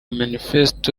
manifesto